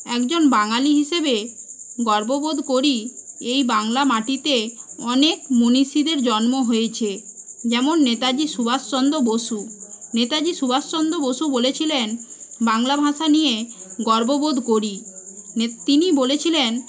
একজন বাঙালি হিসেবে গর্ব বোধ করি এই বাংলা মাটিতে অনেক মনীষীদের জন্ম হয়েছে যেমন নেতাজি সুভাষ চন্দ্র বসু নেতাজি সুভাষ চন্দ্র বসু বলেছিলেন বাংলা ভাষা নিয়ে গর্ব বোধ করি তিনি বলেছিলেন